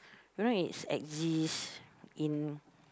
you know it's exists in